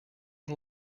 and